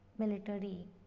Military